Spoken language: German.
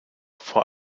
vor